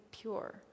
pure